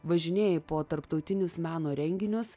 važinėji po tarptautinius meno renginius